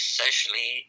socially